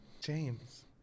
James